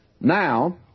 Now